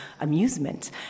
amusement